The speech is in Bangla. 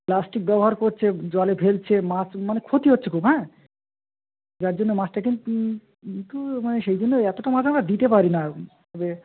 প্লাস্টিক ব্যবহার করছে জলে ফেলছে মাছ মানে ক্ষতি হচ্ছে খুব হ্যাঁ যার জন্য মাছটাকে একটু মানে সেই জন্যই এতটা মাছ আমরা দিতে পারি না তবে